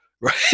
right